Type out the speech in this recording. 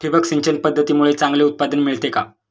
ठिबक सिंचन पद्धतीमुळे चांगले उत्पादन मिळते का?